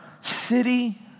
city